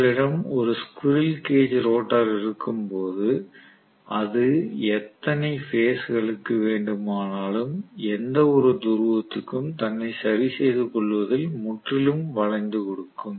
உங்களிடம் ஒரு squirrel cage rotor இருக்கும்போது அது எத்தனை பேஸ் களுக்கு வேண்டுமானாலும் எந்தவொரு துருவத்துக்கும் தன்னை சரிசெய்து கொள்வதில் முற்றிலும் வளைந்து கொடுக்கும்